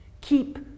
Keep